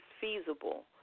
feasible